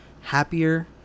happier